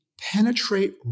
penetrate